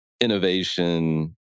innovation